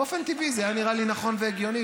באופן טבעי זה היה נראה לי נכון והגיוני.